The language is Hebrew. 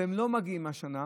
הם לא מגיעים השנה,